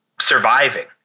surviving